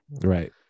right